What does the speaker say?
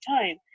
time